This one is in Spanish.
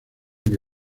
que